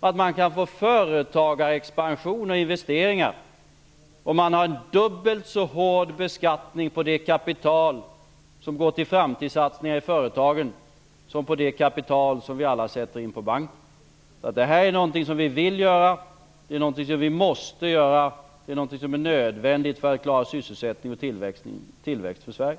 att man kan få företagarexpansion och investeringar om man har en dubbelt så hård beskattning på det kapital som går till framtidssatsningar i företagen som på det kapital som vi alla sätter in på banken. Det här är något som vi vill göra, det är någonting som vi måste göra och det är någonting som är nödvändigt för att klara sysselsättning och tillväxt för Sverige.